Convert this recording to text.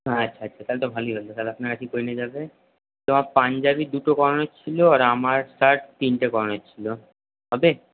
আচ্ছা আচ্ছা আচ্ছা তাহলে তো ভালোই হল তাহলে আপনার কাছে করে নিয়ে যাবে তো পাঞ্জাবি দুটো করানোর ছিল আর আমার শার্ট তিনটে করানোর ছিল হবে